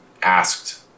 asked